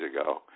ago